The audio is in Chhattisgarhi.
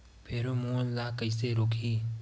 फेरोमोन ला कइसे रोकही?